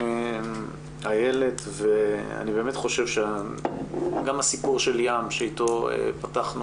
אני באמת חושב שגם הסיפור של ים אתו פתחנו